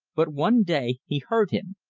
but one day he heard him.